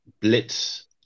blitz